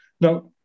Now